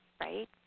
right